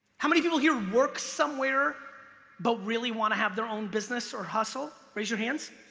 how many people here work somewhere but really wanna have their own business or hustle? raise your hands?